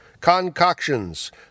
Concoctions